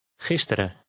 Gisteren